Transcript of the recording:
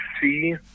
see